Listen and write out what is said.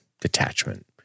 detachment